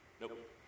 nope